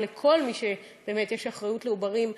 אבל כל מי שבאמת יש לו אחריות לעוברים,